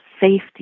safety